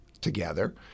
together